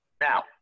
Now